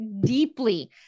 deeply